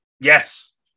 Yes